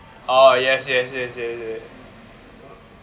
orh yes yes yes yes